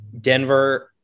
Denver –